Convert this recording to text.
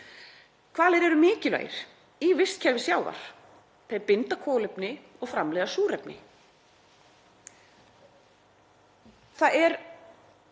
Hvalir eru mikilvægir í vistkerfi sjávar, þeir binda kolefni og framleiða súrefni. Það er